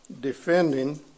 defending